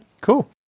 cool